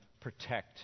protect